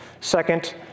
Second